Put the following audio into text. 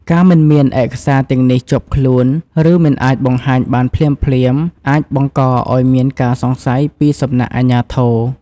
ការមិនមានឯកសារទាំងនេះជាប់ខ្លួន ឬមិនអាចបង្ហាញបានភ្លាមៗអាចបង្កឱ្យមានការសង្ស័យពីសំណាក់អាជ្ញាធរ។